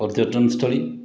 ପର୍ଯ୍ୟଟନସ୍ଥଳୀ